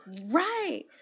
Right